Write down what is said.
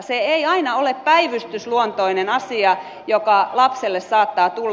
se ei aina ole päivystysluontoinen asia joka lapselle saattaa tulla